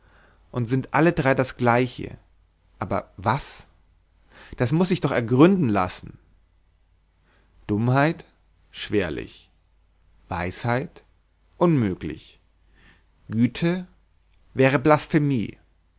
und sind alle drei das gleiche aber was das muß sich doch ergründen lassen dummheit schwerlich weisheit unmöglich güte wäre blasphemie